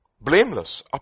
Blameless